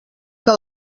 que